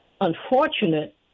unfortunate